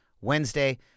wednesday